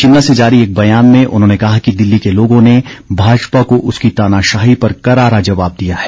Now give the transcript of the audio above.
शिमला से जारी एक बैयान में उन्होंने कहा कि दिल्ली के लोगों ने भाजपा को उसकी तानाशाही पर करारा जवाब दिया है